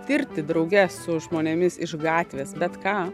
tirti drauge su žmonėmis iš gatvės bet ką